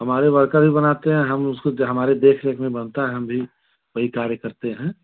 हमारे वर्कर भी बनाते हैं हम उसको हमारे देख रेख में बनता है हम भी वही कार्य करते हैं